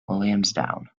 lansdowne